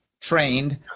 trained